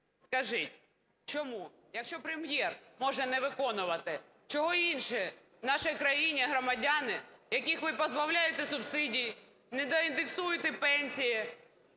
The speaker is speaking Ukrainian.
Скажіть, чому, якщо Прем’єр може не виконувати, чого інші в нашій країні громадяни, яких ви позбавляєте субсидій, недоіндексуєте пенсії,